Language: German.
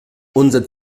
unser